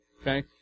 okay